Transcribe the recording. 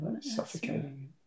Suffocating